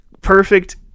perfect